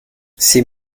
c’est